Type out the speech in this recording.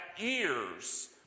ears